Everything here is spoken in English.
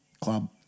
Club